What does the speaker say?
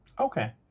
Okay